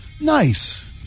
Nice